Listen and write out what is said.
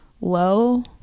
low